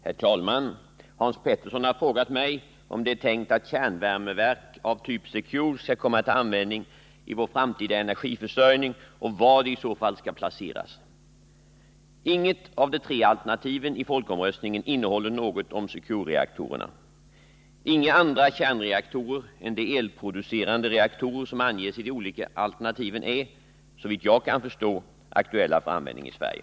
Herr talman! Hans Petersson har frågat mig om det är tänkt att kärnvärmeverk av typ secure skall komma till användning i vår framtida energiförsörjning och var de i så fall skall placeras. Inget av de tre alternativen i folkomröstningen innehåller något om secure-reaktorerna. Inga andra kärnreaktorer än de elproducerande reaktorer som anges i de olika alternativen är — såvitt jag kan förstå — aktuella för användning i Sverige.